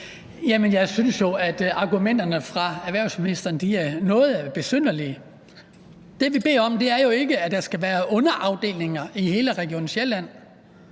Jeg synes jo, at argumenterne fra erhvervsministeren er noget besynderlige. Det, vi beder om, er jo ikke, at der skal være underafdelinger i hele Region Sjælland.